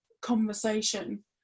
conversation